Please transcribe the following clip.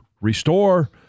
restore